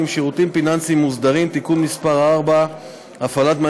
(שירותים פיננסיים מוסדרים) (תיקון מס' 4),